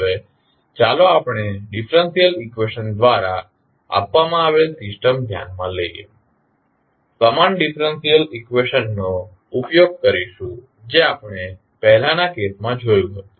હવે ચાલો આપણે ડિફરેંશિયલ ઇક્વેશન દ્વારા આપવામાં આવેલ સિસ્ટમ ધ્યાનમાં લઈએ સમાન ડિફરેંશિયલ ઇક્વેશન નો ઉપયોગ કરીશું જે આપણે પહેલાનાં કેસ માં જોયું હતું